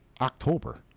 October